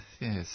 yes